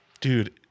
dude